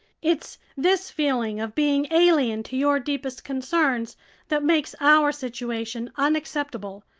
it's this feeling of being alien to your deepest concerns that makes our situation unacceptable,